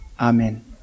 Amen